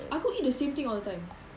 aku eat the same thing all the time